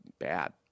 Bad